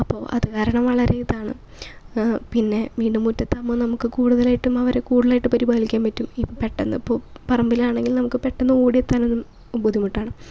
അപ്പോൾ അത് കാരണം വളരെയിതാണ് പിന്നെ വീട് മുറ്റത്താകുമ്പോൾ നമുക്ക് കൂടുതലായിട്ടും അവര് കൂടുലായിട്ടും അവര് പരിപാലിക്കാൻ പറ്റും പെട്ടന്നിപ്പോൾ പറമ്പിലാണെങ്കിൽ പെട്ടന്നോടിയെത്താനൊന്നും ബുദ്ധിമുട്ടാണ്